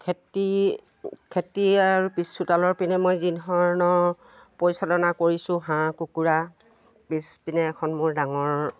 খেতি খেতি আৰু পিছ চোতালৰ পিনে মই যিধৰণৰ পৰিচালনা কৰিছোঁ হাঁহ কুকুৰাৰ পিছপিনে এখন মোৰ ডাঙৰ